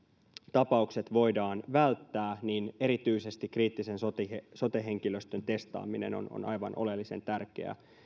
tapaukset voidaan välttää niin erityisesti kriittisen sote sote henkilöstön testaaminen on on aivan oleellisen tärkeää